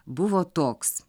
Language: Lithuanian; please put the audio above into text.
buvo toks